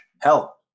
Hell